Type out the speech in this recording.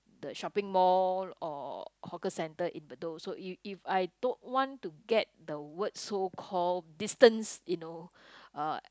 the shopping mall or hawker centre in Bedok so if if I don't want to get the word so call distance you know uh